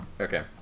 Okay